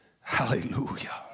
Hallelujah